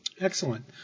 Excellent